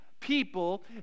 people